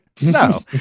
No